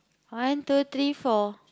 one two three four